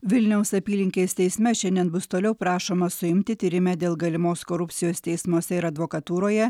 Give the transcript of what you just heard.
vilniaus apylinkės teisme šiandien bus toliau prašoma suimti tyrime dėl galimos korupcijos teismuose ir advokatūroje